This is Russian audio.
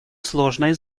сложной